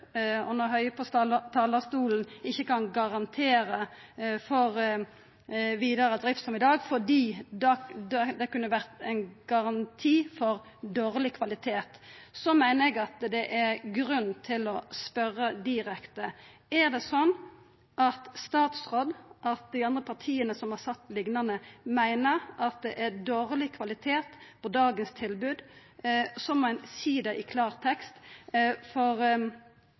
og når Høie på talarstolen ikkje kan garantera for vidare drift som i dag fordi det kunne vera ein garanti for dårleg kvalitet, meiner eg det er grunn til å spørja direkte: Om det er slik at statsråden og dei andre som har sagt liknande, meiner at det er dårleg kvalitet på dagens tilbod, må dei seia det i klartekst, for